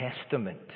Testament